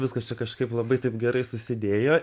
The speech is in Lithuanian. viskas čia kažkaip labai taip gerai susidėjo